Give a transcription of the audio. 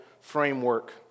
framework